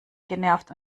genervt